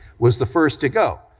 was the first to go.